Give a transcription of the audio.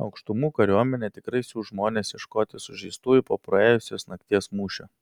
aukštumų kariuomenė tikrai siųs žmones ieškoti sužeistųjų po praėjusios nakties mūšio